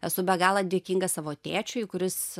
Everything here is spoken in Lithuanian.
esu be galo dėkinga savo tėčiui kuris